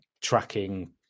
tracking